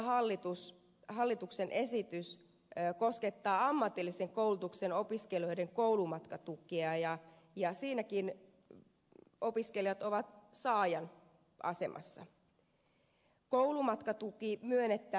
tässä hallituksen esityksessä käsitellään myös ammatillisen koulutuksen opiskelijoiden koulumatkatukea ja siinäkin opiskelijat ovat saajan asemassa